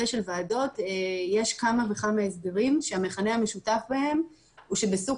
של ועדות יש כמה וכמה הסדרים שהמכנה המשותף בהם הוא שבסוג